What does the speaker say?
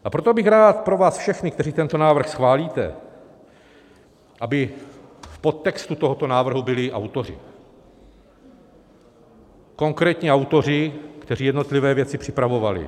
A proto bych rád pro vás všechny, kteří tento návrh schválíte, aby v podtextu tohoto návrhu byli i autoři, konkrétní autoři, kteří jednotlivé věci připravovali.